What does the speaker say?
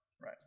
right